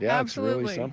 yeah absolutely. um